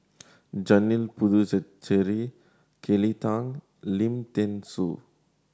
Janil Puthucheary Kelly Tang Lim Thean Soo